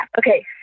Okay